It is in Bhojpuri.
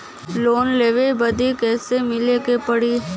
लोन लेवे बदी कैसे मिले के पड़ी?